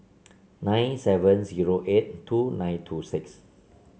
nine seven zero eight two nine two six